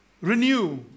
Renew